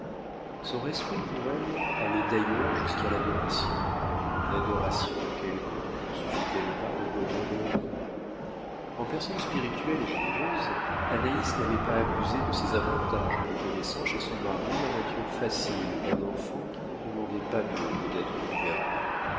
son respect pour elle allait d'ailleurs jusqu'à l'adoration une adoration quelconque ne suffit-elle pas au bonheur de la vie en personne spirituelle et généreuse anaïs n'avait pas abusé de ses avantages en reconnaissant chez son mari la nature facile d'un enfant qui ne demandait pas mieux que d'être gouverné